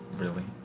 really?